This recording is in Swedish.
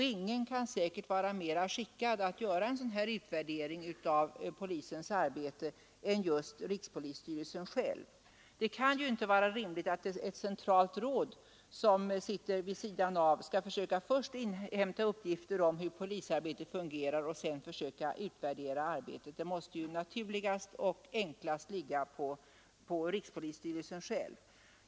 Säkert kan ingen vara mer skickad att göra en sådan utvärdering av polisens arbete än just rikspolisstyrelsen själv. Det kan inte vara rimligt att ett centralt råd, som sitter vid sidan av, först skall försöka inhämta uppgifter om hur polisarbetet fungerar och sedan försöka utvärdera arbetet. Det måste naturligast och enklast ligga på rikspolisstyrelsen själv.